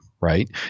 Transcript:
Right